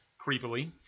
creepily